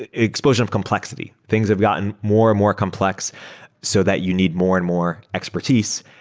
ah explosion of complexity. things have gotten more and more complex so that you need more and more expertise,